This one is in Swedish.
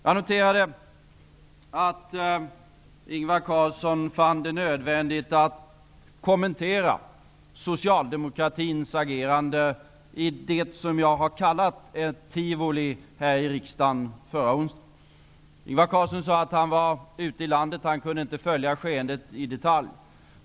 Jag noterade att Ingvar Carlsson fann det nödvändigt att kommentera Socialdemokraternas agerande i det som jag har kallat ''ett tivoli'' här i riksdagen förra onsdagen. Ingvar Carlsson sade att han varit ute i landet och inte kunnat följa skeendet i detalj.